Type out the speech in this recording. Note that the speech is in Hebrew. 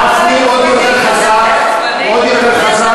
גפני, עוד יותר חזק, עוד יותר חזק.